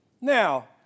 Now